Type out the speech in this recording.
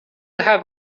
have